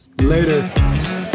Later